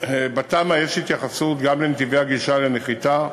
בתמ"א יש התייחסות גם לנתיבי הגישה לנחיתה,